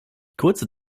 kurze